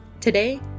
Today